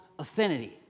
affinity